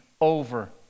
over